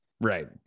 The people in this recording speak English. Right